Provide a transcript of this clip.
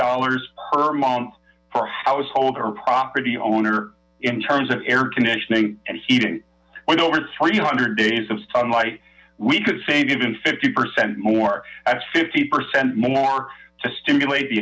dollars per month for household or property owner in terms of air conditioning and heating with over three hundred days of sunlight we could save even fifty percent more that's fifty percent more to stimulate the